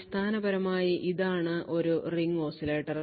അടിസ്ഥാനപരമായി ഇതാണ് ഒരു റിംഗ് ഓസിലേറ്റർ